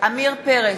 עמיר פרץ,